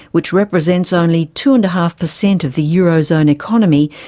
which represents only two and a half per cent of the euro zone economy,